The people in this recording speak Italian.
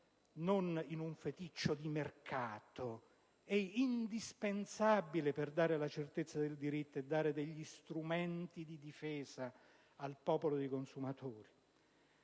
non in un feticcio di mercato - è indispensabile per dare la certezza del diritto e dare degli strumenti di difesa al popolo dei consumatori.